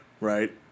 Right